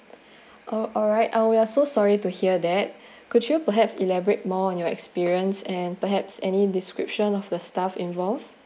ah alright oh we're so sorry to hear that could you perhaps elaborate more on your experience and perhaps any description of the staff involved